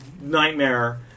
nightmare